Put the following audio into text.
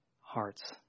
hearts